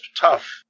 Tough